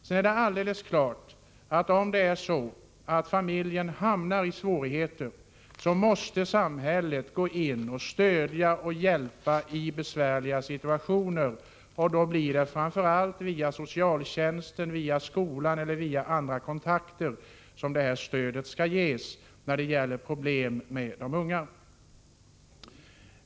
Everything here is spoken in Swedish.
Det är alldeles klart, att om familjen hamnar i svårigheter, måste samhället gå in och stödja och hjälpa i besvärliga situationer. Det är då framför allt via socialtjänsten, skolan och andra kontakter som stödet ges när det gäller problem med de unga.